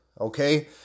okay